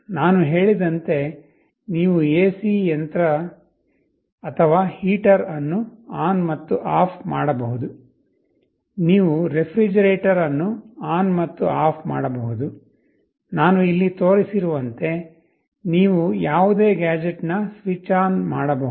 ನಾನು ಹೇಳಿದಂತೆ ನೀವು ಎಸಿ ಯಂತ್ರ ಅಥವಾ ಹೀಟರ್ ಅನ್ನು ಆನ್ ಮತ್ತು ಆಫ್ ಮಾಡಬಹುದು ನೀವು ರೆಫ್ರಿಜರೇಟರ್ ಅನ್ನು ಆನ್ ಮತ್ತು ಆಫ್ ಮಾಡಬಹುದು ನಾನು ಇಲ್ಲಿ ತೋರಿಸಿರುವಂತೆ ನೀವು ಯಾವುದೇ ಗ್ಯಾಜೆಟ್ನ ಸ್ವಿಚ್ ಆನ್ ಮಾಡಬಹುದು